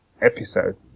episode